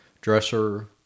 dresser